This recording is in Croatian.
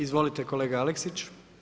Izvolite kolega Aleksić.